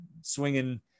swinging